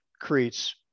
creates